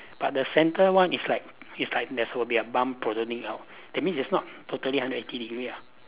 but the centre one is like is like there's will be a bump protruding out that means it's not totally under eighty degree lah